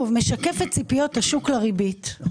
כשמתוך 596 מיליארד שקל 41% הן